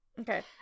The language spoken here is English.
okay